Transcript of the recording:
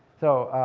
so,